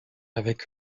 avec